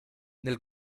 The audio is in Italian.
nel